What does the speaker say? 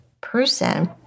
person